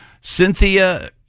Cynthia